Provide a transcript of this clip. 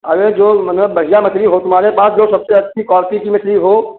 अरे जो मतलब बढ़िया मछली हो तुम्हारे पास जो सबसे अच्छी क्वाल्टी की मछली हो